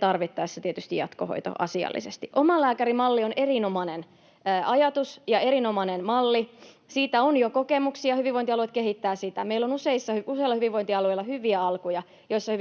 tarvittaessa tietysti jatkohoito asiallisesti. Omalääkärimalli on erinomainen ajatus ja erinomainen malli. Siitä on jo kokemuksia, ja hyvinvointialueet kehittävät sitä. Meillä on useilla hyvinvointialueilla hyviä alkuja,